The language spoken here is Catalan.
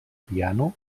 piano